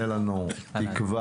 תן לנו תקווה,